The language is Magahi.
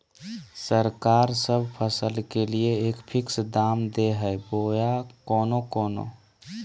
सरकार सब फसल के लिए एक फिक्स दाम दे है बोया कोनो कोनो?